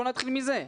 בוא נתחיל מזה.